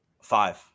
Five